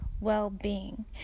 well-being